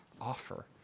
offer